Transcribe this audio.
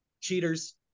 Cheaters